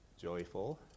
joyful